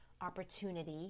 opportunity